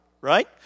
right